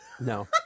No